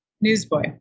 Newsboy